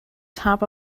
top